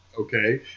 okay